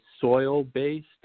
soil-based